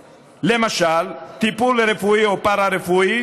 למשל, טיפול רפואי או פארה-רפואי